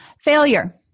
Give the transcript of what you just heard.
Failure